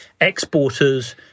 exporters